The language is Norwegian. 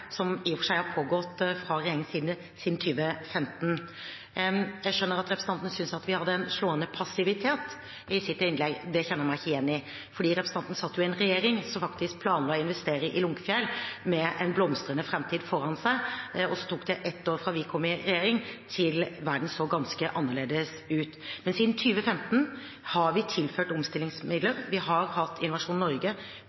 som i og for seg har pågått fra regjeringens side siden 2015. Jeg skjønner ut fra representanten Fagerås’ innlegg at hun synes vi har hatt en slående passivitet. Det kjenner jeg meg ikke igjen i, for representanten Fagerås satt jo i en regjering som faktisk planla å investere i Lunckefjell, med en blomstrende framtid foran seg, og så tok det ett år fra vi kom i regjering til verden så ganske annerledes ut. Men siden 2015 har vi tilført